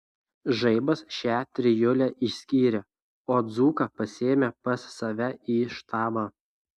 žaibas šią trijulę išskyrė o dzūką pasiėmė pas save į štabą